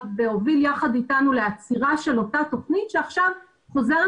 והוביל יחד אתנו לעצירה של אותה תכנית שעכשיו חוזרת.